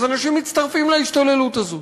אנשים מצטרפים להשתוללות הזאת.